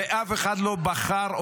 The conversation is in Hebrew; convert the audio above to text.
ואף אחד לא בחר אתכם,